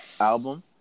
album